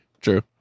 True